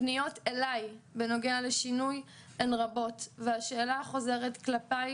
הפניות אליי בנוגע לשינוי הן רבות והשאלה החוזרת כלפיי,